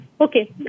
Okay